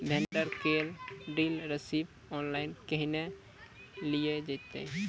Vendor केर dealership online केहनो लियल जेतै?